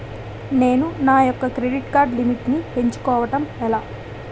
నేను నా యెక్క క్రెడిట్ కార్డ్ లిమిట్ నీ పెంచుకోవడం ఎలా?